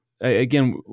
again